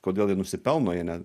kodėl jie nusipelno jie ne